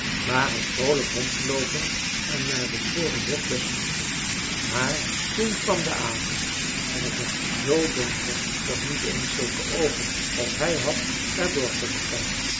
maar had vroolijk rondgeloopen en naar bevroren boschbessen gezocht maar toen kwam de avond en t werd zoo donker dat niet eens zulke oogen als hij had er door konden kijken